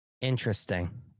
interesting